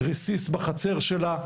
רסיס של טיל בחצר שלה,